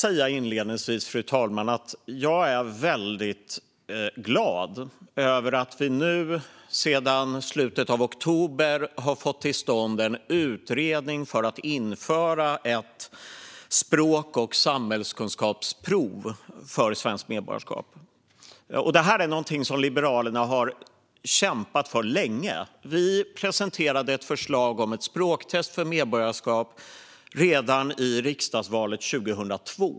Sedan måste jag säga, fru talman, att jag är väldigt glad över att vi i slutet av oktober fick till stånd en utredning om att införa ett språk och samhällskunskapsprov för svenskt medborgarskap. Detta är någonting som Liberalerna har kämpat för länge. Vi presenterade ett förslag om ett språktest för medborgarskap redan i riksdagsvalet 2002.